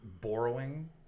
borrowing